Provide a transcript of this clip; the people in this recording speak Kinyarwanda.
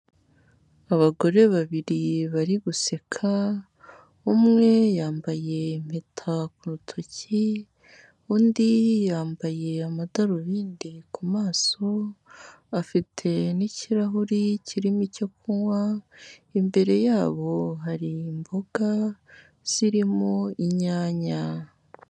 Abagore babiri bari guseka, umwe yambaye impeta ku rutoki undi yambaye amadarubindi ku maso afite n'ikirahuri kirimo icyo kunywa, imbere yabo hari imboga zirimo inyanya.